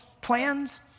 plans